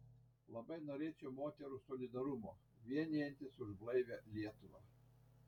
labai norėčiau moterų solidarumo vienijantis už blaivią lietuvą